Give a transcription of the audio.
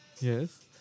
Yes